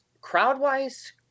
crowd-wise